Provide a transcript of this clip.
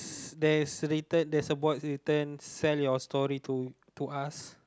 there's written there's a board written sell your story to to us